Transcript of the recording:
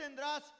tendrás